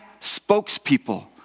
spokespeople